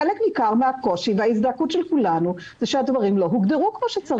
חלק ניכר מן הקושי וההזדעקות של כולנו הוא שהדברים לא הוגדרו כפי שצריך.